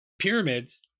pyramids